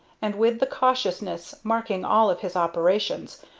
and, with the cautiousness marking all of his operations,